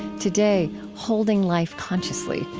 today holding life consciously,